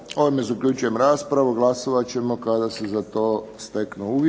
Ovime zaključujem raspravu. Glasovat ćemo kada se za to steknu uvjeti.